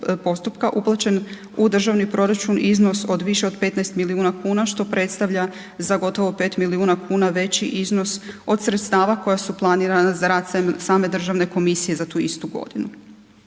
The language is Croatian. uplaćen u Državni proračun iznos od više od 15 milijuna kuna što predstavlja za gotovo 5 milijuna kuna veći iznos od sredstava koja su planirana za rad same državne komisije za tu istu godinu.